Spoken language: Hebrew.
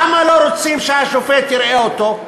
למה לא רוצים שהשופט יראה אותו?